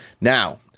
Now